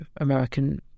American